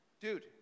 dude